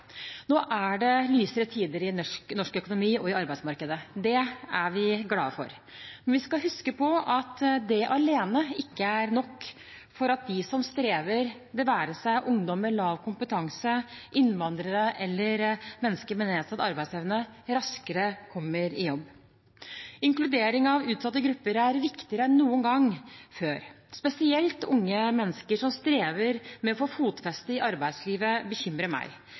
Nå er det lysere tider i norsk økonomi og i arbeidsmarkedet. Det er vi glade for, men vi skal huske på at det alene ikke er nok for at de som strever – det være seg ungdom med lav kompetanse, innvandrere eller mennesker med nedsatt arbeidsevne – raskere kommer i jobb. Inkludering av utsatte grupper er viktigere enn noen gang før. Spesielt unge mennesker som strever med å få fotfeste i arbeidslivet, bekymrer